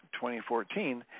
2014